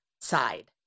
side